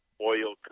oil